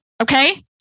Okay